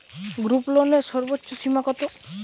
গ্রুপলোনের সর্বোচ্চ সীমা কত?